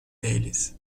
değiliz